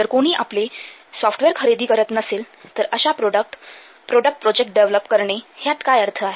जर कोणी आपले सॉफ्टवेअर खरेदी करत नसेल तर अशा प्रोडक्ट प्रोडक्ट प्रोजेक्ट डेव्हलप करणे ह्यात काय अर्थ आहे